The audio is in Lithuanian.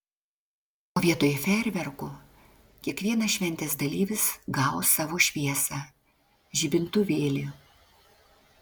o vietoj fejerverkų kiekvienas šventės dalyvis gaus savo šviesą žibintuvėlį